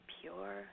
pure